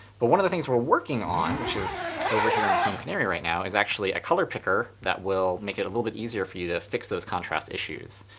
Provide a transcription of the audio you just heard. but one of the things we're working on, which is over here in chrome canary right now, is actually a color picker that will make it a little bit easier for you to fix those contract issues.